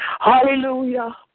Hallelujah